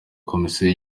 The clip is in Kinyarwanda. komisiyo